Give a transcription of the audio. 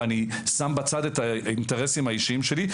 ואני שם בצד את האינטרסים האישיים שלי?